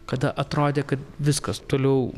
kada atrodė kad viskas toliau